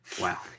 wow